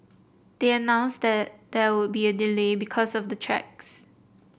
they announced there would be a delay because of the tracks